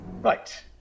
Right